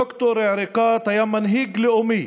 ד"ר עריקאת היה מנהיג לאומי